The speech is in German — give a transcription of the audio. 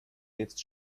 jetzt